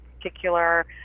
particular